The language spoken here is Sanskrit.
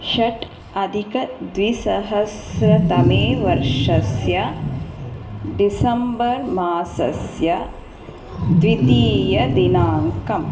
षट् अधिकद्विसहस्रतमे वर्षस्य डिसेम्बर्मासस्य द्वितीयदिनाङ्कम्